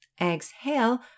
Exhale